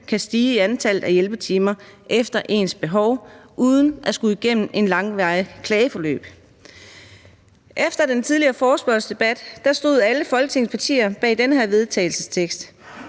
kan stige i antallet af hjælpetimer uden at skulle igennem et langvarigt klageforløb. Efter den tidligere forespørgselsdebat stod alle Folketingets partier bag den her vedtagelsestekst: